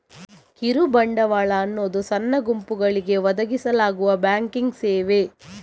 ಕಿರು ಬಂಡವಾಳ ಅನ್ನುದು ಸಣ್ಣ ಗುಂಪುಗಳಿಗೆ ಒದಗಿಸಲಾಗುವ ಬ್ಯಾಂಕಿಂಗ್ ಸೇವೆ